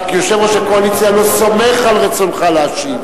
רק שיושב-ראש הקואליציה לא סומך על רצונך להשיב